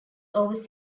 over